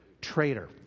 traitor